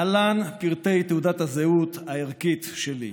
להלן פרטי תעודת הזהות הערכית שלי: